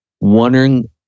wondering